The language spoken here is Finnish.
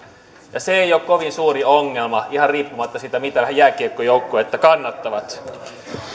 se ei ole kovin suuri ongelma ihan riippumatta siitä mitä jääkiekkojoukkuetta he kannattavat